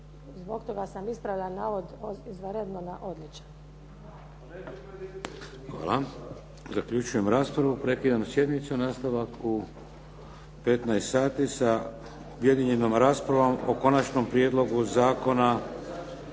Zbog toga sam ispravila navod od izvanredno na odličan.